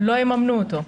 לא יממנו אותו?